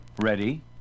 Ready